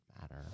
matter